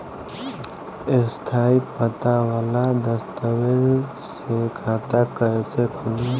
स्थायी पता वाला दस्तावेज़ से खाता कैसे खुली?